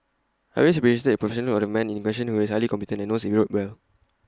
I always appreciated the professionalism of the man in question who is highly competent and knows Europe well